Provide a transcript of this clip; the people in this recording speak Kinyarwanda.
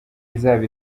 izaba